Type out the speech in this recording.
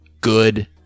Good